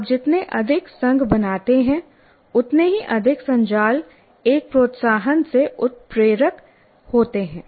आप जितने अधिक संघ बनाते हैं उतने ही अधिक संजाल एक प्रोत्साहन से उत्प्रेरक होते हैं